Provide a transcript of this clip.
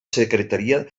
secretaria